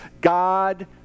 God